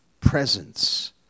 presence